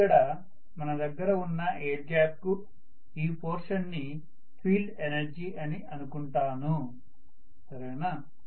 ఇక్కడ మన దగ్గర ఉన్న ఎయిర్ గ్యాప్ కు ఈ పోర్షన్ ని ఫీల్డ్ ఎనర్జీ అని అనుకుంటాను సరేనా